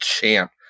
champ